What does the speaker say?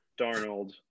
Darnold –